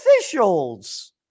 officials